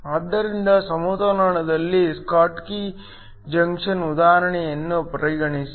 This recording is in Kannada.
ಆದ್ದರಿಂದ ಸಮತೋಲನದಲ್ಲಿ ಸ್ಕಾಟ್ಕಿ ಜಂಕ್ಷನ್ನ ಉದಾಹರಣೆಯನ್ನು ಪರಿಗಣಿಸಿ